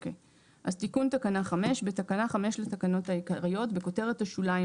תיקון תקנה 5. בתקנה 5 לתקנות העיקריות: בכותרת השוליים,